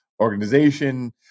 Organization